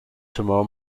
tomorrow